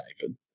David